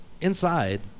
inside